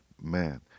man